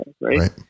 Right